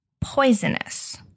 poisonous